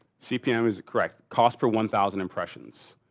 cpm is, correct, cost per one thousand impressions.